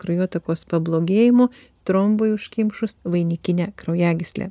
kraujotakos pablogėjimo trombui užkimšus vainikinę kraujagyslę